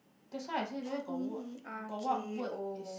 that's why I say there got what got what word is